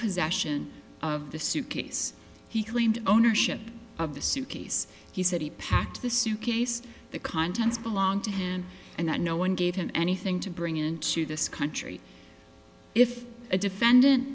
possession of the suitcase he claimed ownership of the suitcase he said he packed the suitcase the contents belong to him and that no one gave him anything to bring into this country if a defendant